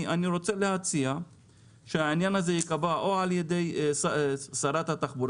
אני רוצה להציע שהעניין הזה ייקבע או על-ידי שר התחבורה,